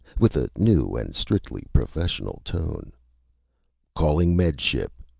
with a new and strictly professional tone calling med ship!